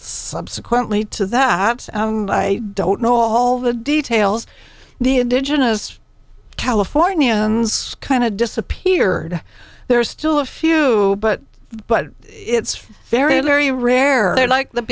subsequently to that i don't know all the details the indigenous california kind of disappeared there are still a few but but it's very very rare like the